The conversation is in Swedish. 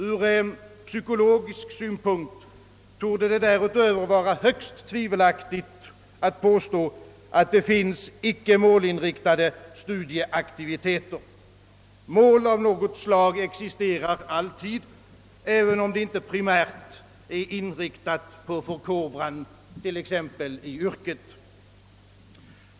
Ur psykologisk synpunkt torde det därutöver vara högst tvivelaktigt att påstå, att det finns icke målinriktade studieaktivite ter. Mål av något slag existerar alltid, även om det inte primärt är inriktat på förkovran, t.ex. i yrket.